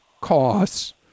costs